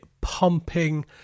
pumping